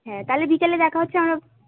হ্যাঁ তাহলে বিকেলে দেখা হচ্ছে আমরা